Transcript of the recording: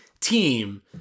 team